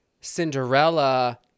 Cinderella